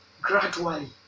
gradually